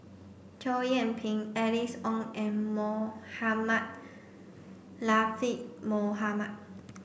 Chow Yian Ping Alice Ong and Mohamed Latiff Mohamed